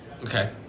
Okay